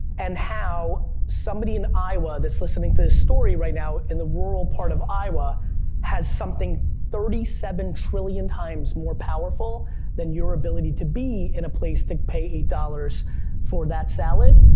and how somebody in iowa that's listening to this story right now in the rural part of iowa has something thirty seven trillion times more powerful than your ability to be in a place to pay eight dollars for that salad,